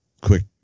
quick